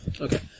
Okay